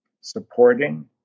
Supporting